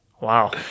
Wow